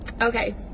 okay